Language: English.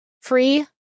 Free